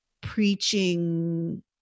preaching